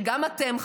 שגם אתם,